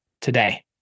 today